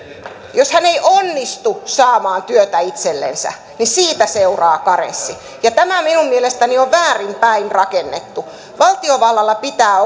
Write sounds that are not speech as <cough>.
jos hän ei onnistu saamaan työtä itsellensä niin siitä seuraa karenssi tämä minun mielestäni on väärinpäin rakennettu valtiovallalla pitää <unintelligible>